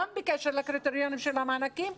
גם בקשר לקריטריונים של המענקים,